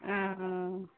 ओ